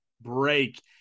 break